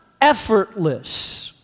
effortless